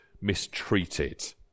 mistreated